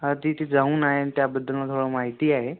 हा तिथे जाऊन आहे आणि त्याबद्दल मला माहिती आहे